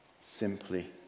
simply